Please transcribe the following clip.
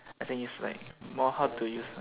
I think is like more how to use